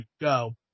go